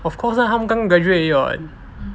of course lah 他们刚刚 graduate 而已 [what]